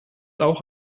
auch